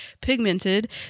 pigmented